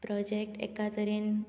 project एकातरेन